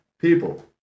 people